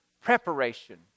preparation